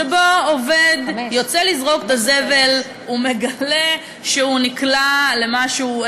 שבו עובד יוצא לזרוק את הזבל ומגלה שהוא נקלע למשהו,